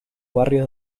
barrios